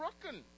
broken